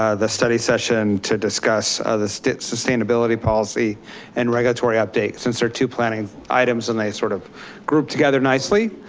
ah the study session to discuss other steps sustainability policy and regulatory update since they are two planning items and they sort of group together nicely.